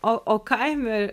o o kaime